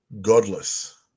Godless